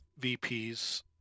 VPs